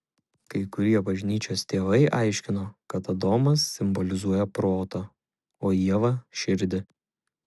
kai kurie bažnyčios tėvai aiškino kad adomas simbolizuoja protą o ieva širdį